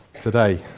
today